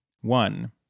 One